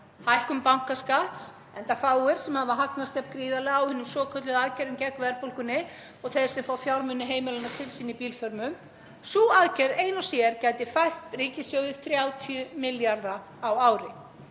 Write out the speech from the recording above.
Hækkun bankaskatts, enda fáir sem hafa hagnast jafn gríðarlega á hinum svokölluðu aðgerðum gegn verðbólgunni og þeir sem fá fjármuni heimilanna til sín í bílförmum. Sú aðgerð ein og sér gæti fært ríkissjóði 30 milljarða á ári.